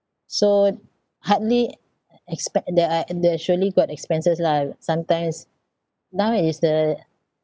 so hardly e~ expect that I uh there surely got expenses lah sometimes now is the